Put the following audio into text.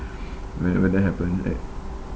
wh~ when that happen right